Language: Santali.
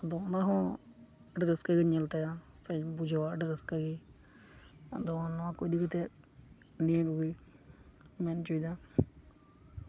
ᱟᱫᱚ ᱚᱱᱟ ᱦᱚᱸ ᱟᱹᱰᱤ ᱨᱟᱹᱥᱠᱟᱹᱜᱮᱧ ᱧᱮᱞ ᱛᱟᱭᱟ ᱵᱩᱡᱷᱟᱹᱣᱟ ᱟᱹᱰᱤ ᱨᱟᱹᱥᱠᱟᱹᱜᱮ ᱟᱫᱚ ᱱᱚᱣᱟᱠᱚ ᱤᱫᱤ ᱠᱟᱛᱮᱫ ᱱᱤᱭᱟᱹ ᱠᱚᱜᱮᱧ ᱢᱮᱱ ᱚᱪᱚᱭᱮᱫᱟ